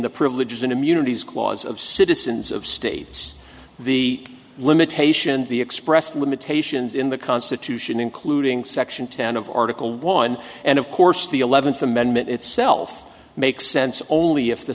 the privileges and immunities clause of citizens of states the limitation the expressed limitations in the constitution including section ten of article one and of course the eleventh amendment itself makes sense only if the